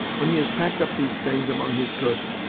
when he has packed up these things among his goods,